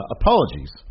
Apologies